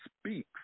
speaks